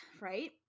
right